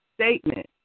statement